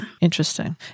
Interesting